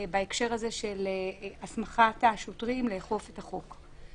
בהקשר הזה של הסמכת השוטרים לאכוף את החוק.